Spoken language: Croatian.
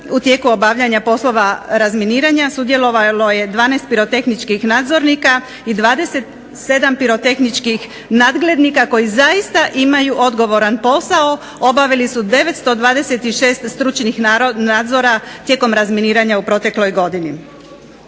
u tijeku obavljanja poslova razminiranja sudjelovalo je 12 pirotehničkih nadzornika i 27 pirotehnički nadglednika koji zaista imaju odgovoran posao obavili su 926 stručnih nadzora tijekom razminiranja u protekloj godini.